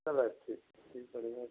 चलो ठीक ठीक बढ़िया